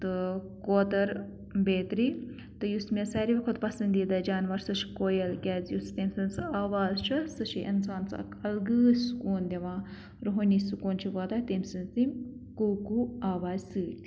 تہٕ کوتر بیترِ تہٕ یُس مےٚ ساروِی کھوتہٕ پَسنٛدیٖدہ جاناوار سُہ چھِ کویل کیٛازِ یُس تٔمۍ سٕنٛز سۄ آواز چھِ سُہ چھِ اِنسان سُہ اَکھ الگٕے سُکوٗن دِوان روحٲنی سُکوٗن چھِ واتان تمۍ سٕنٛز تِم کوٗ کوٗ آوازِ سۭتۍ